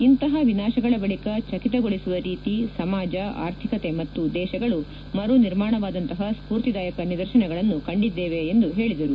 ಇಂತಹ ವಿನಾಶಗಳ ಬಳಕ ಚಿತಗೊಳಿಸುವ ರೀತಿ ಸಮಾಜ ಆರ್ಥಿಕತೆ ಮತ್ತು ದೇಶಗಳು ಮರು ನಿರ್ಮಾಣವಾದಂತಹ ಸ್ಪೂರ್ತಿದಾಯಕ ನಿದರ್ಶನಗಳನ್ನು ಕಂಡಿದ್ಲೇವೆ ಎಂದು ಹೇಳಿದರು